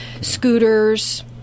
scooters